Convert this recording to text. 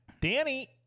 Danny